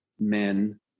men